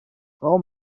frau